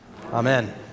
Amen